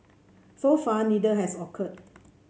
so far neither has occurred